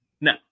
No